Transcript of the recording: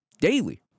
Daily